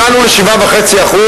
הגענו ל-7.5%,